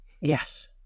Yes